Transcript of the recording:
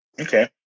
Okay